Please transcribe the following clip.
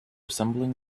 assembling